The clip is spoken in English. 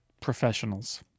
professionals